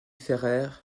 ferrer